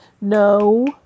No